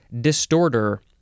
Distorter